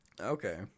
Okay